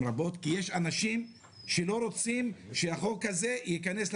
רבות כי יש אנשים שלא רוצים שהחוק הזה ייכנס לתוקף.